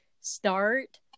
start